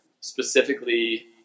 specifically